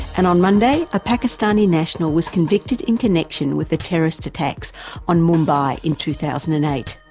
and on monday a pakistani national was convicted in connection with the terrorist attacks on mumbai in two thousand and eight.